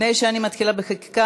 לפני שאנחנו מתחילה בחקיקה,